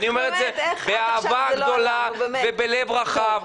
ואני אומר את זה באהבה גדולה ובלב רחב,